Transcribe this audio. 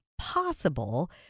possible